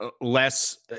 less